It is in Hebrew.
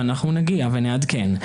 ואנחנו נגיע ונעדכן.